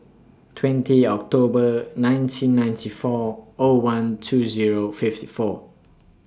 twenty October nineteen ninety four O one two Zero fifty four